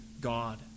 God